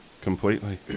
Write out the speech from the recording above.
completely